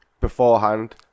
beforehand